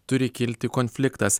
turi kilti konfliktas